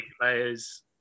players